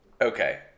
okay